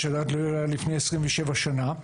מה שלא היה לפני 27 שנה.